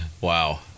wow